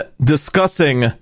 Discussing